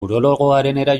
urologoarenera